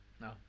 No